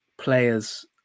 players